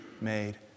made